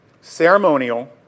ceremonial